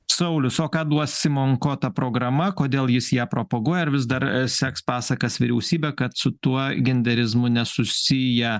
saulius o ką duos simonko ta programa kodėl jis ją propaguoja ar vis dar seks pasakas vyriausybė kad su tuo genderizmu nesusiję